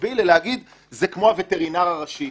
מקביל ולהגיד שזה כמו הווטרינר הראשי,